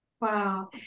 Wow